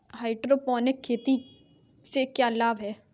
Hydroponic खेती से क्या लाभ हैं?